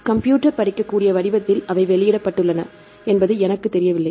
computer படிக்கக்கூடிய வடிவத்தில் அவை வெளியிடப்பட்டுள்ளன என்பது எனக்குத் தெரியவில்லை